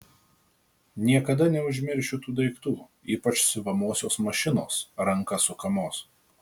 niekada neužmiršiu tų daiktų ypač siuvamosios mašinos ranka sukamos